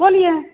बोलिए